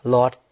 Lord